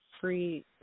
free